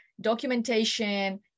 documentation